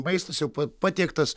maistas jau pa patiektas